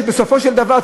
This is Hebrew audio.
בסופו של דבר,